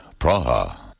Praha